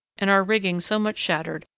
and our rigging so much shattered,